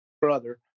brother